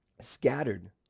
scattered